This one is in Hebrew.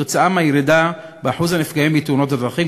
עקב הירידה באחוז הנפגעים בתאונות הדרכים,